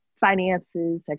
finances